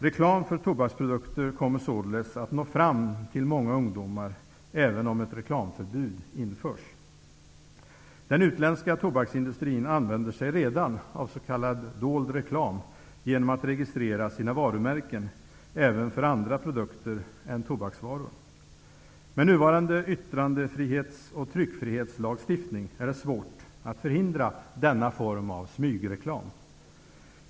Reklam för tobaksprodukter kommer således att nå fram till många ungdomar även om ett reklamförbud införs. Den utländska tobaksindustrin använder sig redan av s.k. dold reklam, genom att registrera sina varumärken även för andra produkter än tobaksvaror. Med nuvarande yttrandefrihets och tryckfrihetslagstiftning är det svårt att förhindra denna form av smygreklam.